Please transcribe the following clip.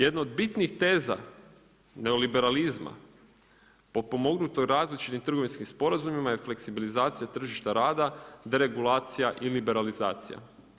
Jedno od bitnih teza neoliberalizma potpomognutoj različitim trgovinskim sporazumima je fleksibilizacija tržišta rada, deregulacija i liberalizacija.